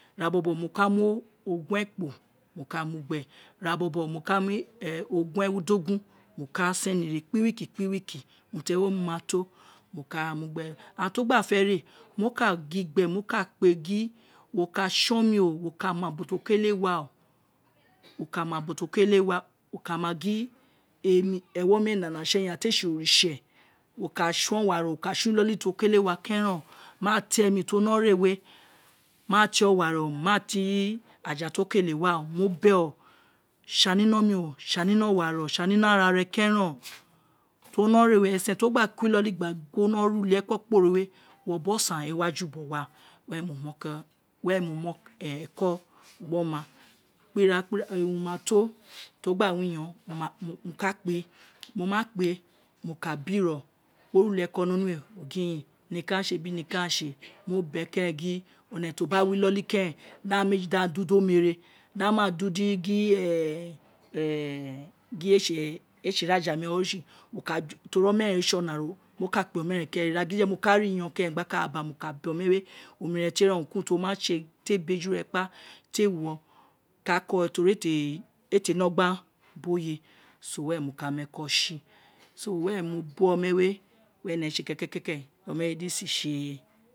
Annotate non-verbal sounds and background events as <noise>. Ira bobo mo kamu ogun ekpo mo ka mugbe e, ira bobo no ka mu ogun erudogun mo ka send re kpi week kpi week urun ewo ma to mo ka mu gbe ira tio gba fe re, mo ka mu gbe ira tio gba, fe re, mo ka gin gbe, mo ka kpe gin wo ka sonmi o, wo ka ma ubo ti wo ke le wa, wo ka ma gin eni, ewoni ee bo si eyin ira te se oritse, o ka son owaro o ka son inoto ti wo kele wa keren ma te mi ti uwo no re we, ma te owa re ma te eja ti uwo kele wa, mo bee, saninomi o, sonino owa re, ma ara re keren, ti wo no re we, esen ti wo gba kuri inoli gin wo no re ulieko kporo woo biri osan owun re wa ju bo wa, were mu eko gbe oma kpria kpira orun me to <noise> mo ka kpe e, mo wa kpe mo ka biro wo re ulieko ni onu we, lu ruko owun aghan se niko owun eghan se, mo ka be keren gin o ne to ba wi inoli keren di aghan meji do udo omere, di eghan ma do udo <hesitation> gin ee si ira ja mi, teri oma eren we se olaaro mo ka kpe oma eren keren, ira gidi je mo ka re iyonghon gba ka ra ba, mo ka be oma we omere tie ren o urun ki urun ti o ma se ti ee bi eju re kpa, te wu, kako teri ee te ne ogban biri oye were mo ka mu eko si so were mo bi oma we se kekeke, oma di ee si.